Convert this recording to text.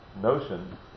notion